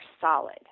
solid